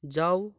जाऊ